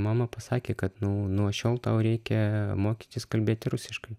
mama pasakė kad nuo šiol tau reikia mokytis kalbėti rusiškai